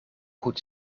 goed